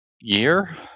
year